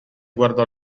guardò